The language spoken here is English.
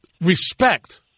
respect